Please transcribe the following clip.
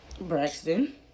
Braxton